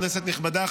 כנסת נכבדה,